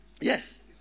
Yes